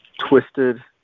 twisted